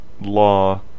Law